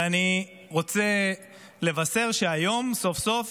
ואני רוצה לבשר שהיום סוף-סוף